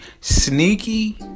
Sneaky